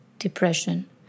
depression